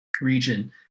region